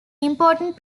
important